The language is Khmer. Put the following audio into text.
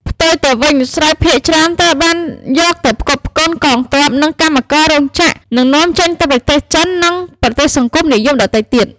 ផ្ទុយទៅវិញ ស្រូវភាគច្រើនត្រូវបានយកទៅផ្គត់ផ្គង់កងទ័ព និងកម្មកររោងចក្រនិងនាំចេញទៅប្រទេសចិន និងប្រទេសសង្គមនិយមដទៃទៀត ។